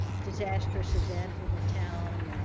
disastrous event in a town.